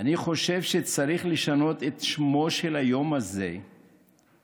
אני חושב שצריך לשנות את שמו של היום הזה ל"היום